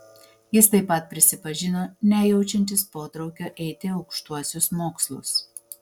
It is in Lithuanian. jis taip pat prisipažino nejaučiantis potraukio eiti aukštuosius mokslus